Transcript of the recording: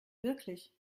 wirklich